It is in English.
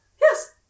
Yes